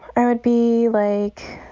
i would be like,